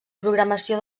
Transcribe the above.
programació